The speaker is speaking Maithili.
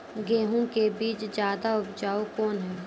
गेहूँ के बीज ज्यादा उपजाऊ कौन है?